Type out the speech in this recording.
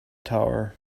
tower